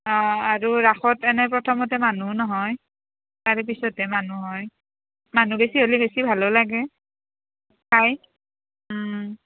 অঁ আৰু ৰাসত এনে প্ৰথমতে মানুহো নহয় তাৰ পিছতহে মানুহ হয় মানুহ বেছি হ'লে বেছি ভালো লাগে চাই